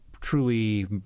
truly